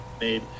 made